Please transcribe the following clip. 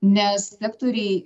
nes sektoriai